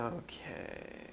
ok.